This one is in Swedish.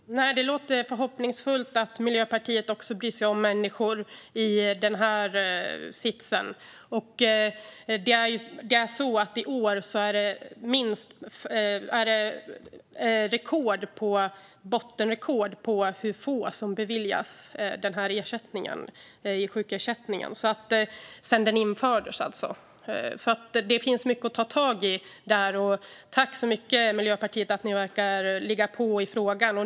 Fru talman! Det låter hoppfullt att Miljöpartiet bryr sig om människor som är i den sitsen. I år är det bottenrekord när det gäller hur många som beviljas sjukersättning sedan den infördes. Det finns mycket att ta tag i där. Tack så mycket, Miljöpartiet, för att ni verkar ligga på i frågan!